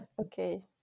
okay